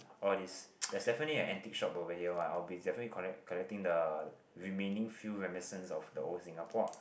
all these there's definitely an antique shop over here one I'll be definitely collect collecting the remaining few reminiscence of the old Singapore ah